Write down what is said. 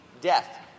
death